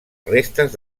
restes